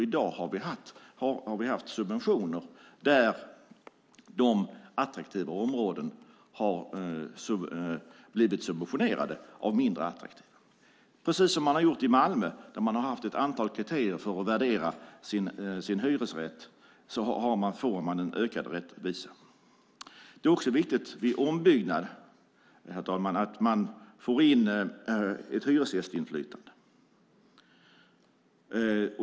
I dag har vi haft subventioner där de attraktiva områdena har blivit subventionerade av mindre attraktiva. Man kan göra som man har gjort i Malmö, där man har haft ett antal kriterier för att värdera sin hyresrätt och då får en ökad rättvisa. Det är också viktigt, herr talman, att vid ombyggnad få in ett hyresgästinflytande.